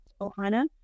Ohana